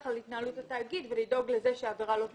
על התנהלות התאגיד ולדאוג לזה שהעבירה לא תבוצע.